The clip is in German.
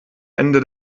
ende